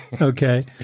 Okay